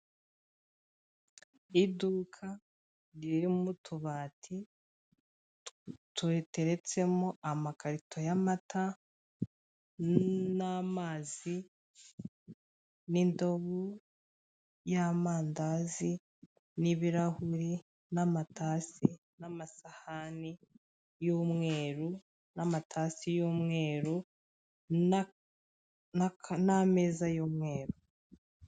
Iduka ririmo utubati turiteretsemo amakarito y'amata, n'amazi, n'indobo y'amandazi n'ibirahuri, n' amatasi, n'amasahani y'umweru, n'amatasi y'umweru, n'ameza y'umweru.